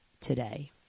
today